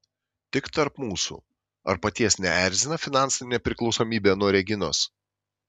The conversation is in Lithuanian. tik tarp mūsų ar paties neerzina finansinė priklausomybė nuo reginos